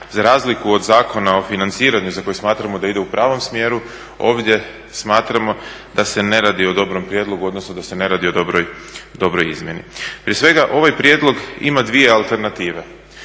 za razliku od Zakona o financiranju za kojeg smatramo da ide u pravom smjeru, ovdje smatramo da se ne radi o dobrom prijedlogu, odnosno da se ne radi o dobroj izmjeni. Prije svega ovaj prijedlog ima dvije alternative.